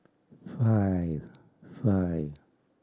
five five